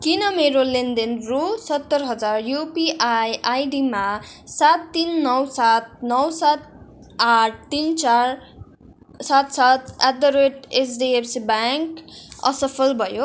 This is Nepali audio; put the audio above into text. किन मेरो लेनदेन रु सत्तर हजार युपिआई आइडीमा सात तिन नौ सात नौ सात आठ तिन चार सात सात at the rate HDFC bank असफल भयो